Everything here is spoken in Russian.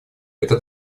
это